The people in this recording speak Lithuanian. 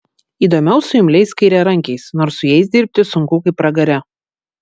įdomiau su imliais kairiarankiais nors su jais dirbti sunku kaip pragare